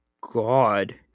God